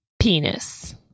penis